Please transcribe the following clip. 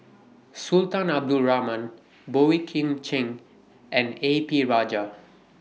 Sultan Abdul Rahman Boey Kim Cheng and A P Rajah